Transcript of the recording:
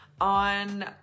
on